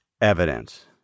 evidence